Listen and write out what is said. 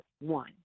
one